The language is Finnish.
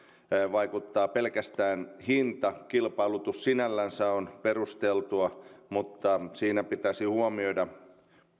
vaikuttaa pelkästään hinta kilpailutus sinällänsä on perusteltua mutta siinä pitäisi huomioida